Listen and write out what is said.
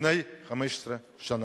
לפני 15 שנה.